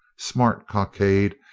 smart cockade,